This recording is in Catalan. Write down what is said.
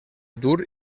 dur